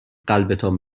قلبتان